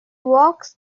works